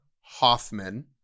Hoffman